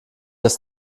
ist